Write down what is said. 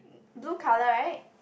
blue colour right